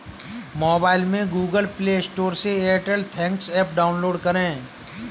mobile में Google Play Store से Airtel Thanks app download करें